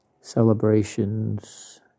celebrations